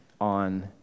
on